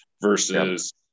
versus